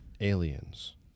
aliens